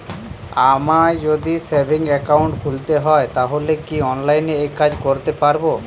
আমায় যদি savings account খুলতে হয় তাহলে কি অনলাইনে এই কাজ করতে পারবো?